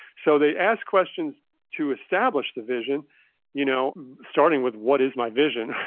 so, they ask questions to establish the vision you know starting with what is my vision?